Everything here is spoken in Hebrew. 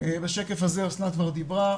בשקף הזה אסנת כבר דיברה,